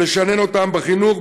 לשנן אותם בחינוך,